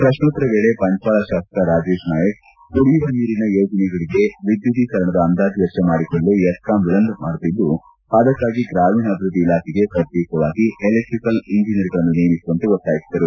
ಪ್ರಶ್ನೋತ್ತರ ವೇಳೆ ಬಂಟ್ವಾಳ ಶಾಸಕ ರಾಜೇಶ್ ನಾಯಕ್ ಕುಡಿಯುವ ನೀರಿನ ಯೋಜನೆಗಳಿಗೆ ವಿದ್ಯುದ್ದೀಕರಣದ ಅಂದಾಜು ವೆಚ್ಚ ಮಾಡಿಕೊಡಲು ಎಸ್ಕಾಂ ವಿಳಂಬ ಮಾಡುತ್ತಿದ್ದು ಅದಕ್ಕಾಗಿ ಗ್ರಾಮಿಣಾಭಿವೃದ್ಧಿ ಇಲಾಖೆಗೆ ಪ್ರತ್ಯೇಕವಾಗಿ ಎಲೆಕ್ಟಿಕಲ್ ಇಂಜಿನಿಯರ್ಗಳನ್ನು ನೇಮಿಸುವಂತೆ ಒತ್ತಾಯಿಸಿದರು